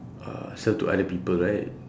uh sell to other people right